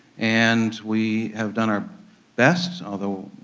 and we have done our best, although